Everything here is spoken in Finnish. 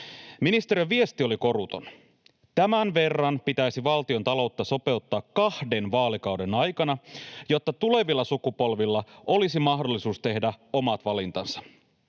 Ministeriön viesti oli koruton: tämän verran pitäisi valtiontaloutta sopeuttaa kahden vaalikauden aikana, jotta tulevilla sukupolvilla olisi mahdollisuus tehdä omat valintansa.